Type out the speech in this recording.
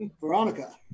Veronica